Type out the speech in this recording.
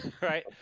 Right